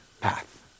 path